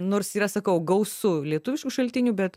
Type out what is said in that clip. nors yra sakau gausu lietuviškų šaltinių bet